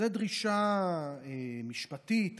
זו דרישה משפטית,